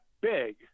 big